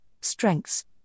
strengths